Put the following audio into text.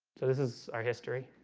so this is our history